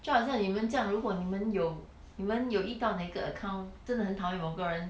就好像你们这样如果你们有你们有遇到哪一个 account 真的很讨厌某个人